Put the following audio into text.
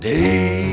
Day